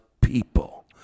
people